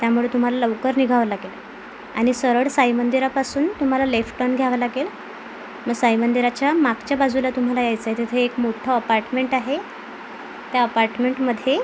त्यामुळे तुम्हाला लवकर निघावं लागेल आणि सरळ साईमंदिरापासून तुम्हाला लेफ्ट टर्न घ्यावा लागेल मग साईमंदिराच्या मागच्या बाजूला तुम्हाला यायचं आहे तेथे एक मोठ्ठं अपार्टमेंट आहे त्या अपार्टमेंटमध्ये